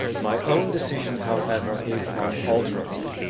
my own decision, however, is unalterable.